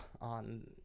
on